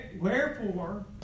Wherefore